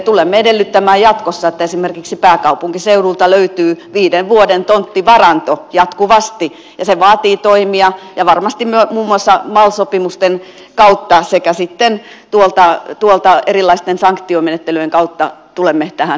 tulemme edellyttämään jatkossa että esimerkiksi pääkaupunkiseudulta löytyy viiden vuoden tonttivaranto jatkuvasti ja se vaatii toimia ja varmasti muun muassa mal sopimusten kautta sekä sitten tuolta erilaisten sanktiomenettelyjen kautta tulemme tähän päätymään